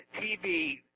TV